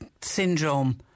syndrome